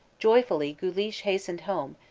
joyfully guleesh hastened home,